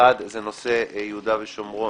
אחד, זה נושא יהודה ושומרון.